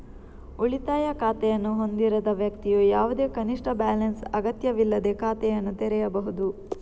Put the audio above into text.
ಉಳಿತಾಯ ಖಾತೆಯನ್ನು ಹೊಂದಿರದ ವ್ಯಕ್ತಿಯು ಯಾವುದೇ ಕನಿಷ್ಠ ಬ್ಯಾಲೆನ್ಸ್ ಅಗತ್ಯವಿಲ್ಲದೇ ಖಾತೆಯನ್ನು ತೆರೆಯಬಹುದು